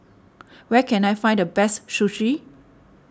where can I find the best Sushi